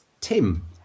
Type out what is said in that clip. Tim